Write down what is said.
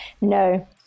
No